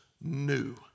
new